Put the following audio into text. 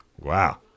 Wow